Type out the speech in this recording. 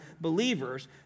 believers